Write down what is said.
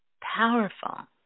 powerful